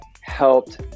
helped